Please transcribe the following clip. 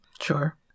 Sure